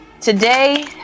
Today